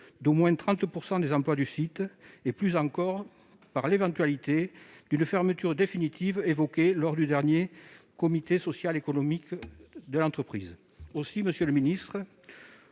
d'au moins 30 % des emplois du site et plus encore par l'éventualité d'une fermeture définitive, évoquée lors du dernier comité social économique de l'entreprise. Aussi, monsieur le ministre,